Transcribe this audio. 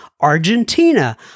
Argentina